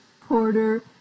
Porter